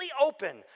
open